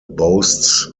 boasts